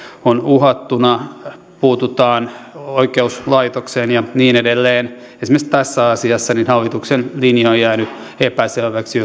on uhattuna puututaan oikeuslaitokseen ja niin edelleen esimerkiksi tässä asiassa hallituksen linja on jäänyt epäselväksi